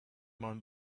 man